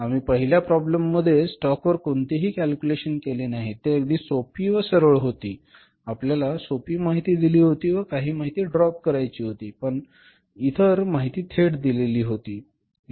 आम्ही पहिल्या प्रॉब्लेममध्ये स्टॉक वर कोणतेही कॅल्क्युलेशन केले नाहीत ते अगदी सोपी व सरळ होते आपल्याला सोपी माहिती दिली होती व काही माहिती ड्रॉप करायची होती परंतु इतर माहिती थेट दिलेली होती